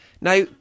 Now